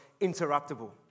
interruptible